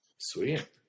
sweet